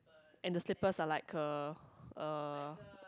and the slippers are like uh uh